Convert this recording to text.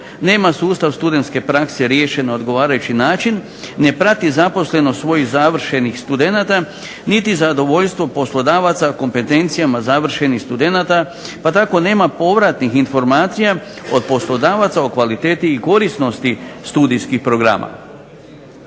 nema sustav studentske prakse riješen na odgovarajući način, ne prati zaposlenost svojih završenih studenata niti zadovoljstvo poslodavaca kompetencijama završenih studenata, pa tako nema povratnih informacija od poslodavaca o kvaliteti i korisnosti studijskih programa.